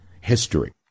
history